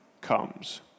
comes